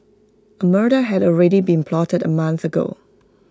A murder had already been plotted A month ago